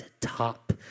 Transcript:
top